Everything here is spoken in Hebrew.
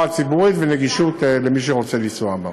הציבורית ונגישות למי שרוצה לנסוע בה.